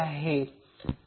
परंतु हे एक नवीन आहे